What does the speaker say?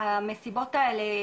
יש את כל העניין הזה של